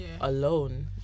alone